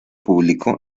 publicó